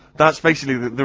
that's basically the,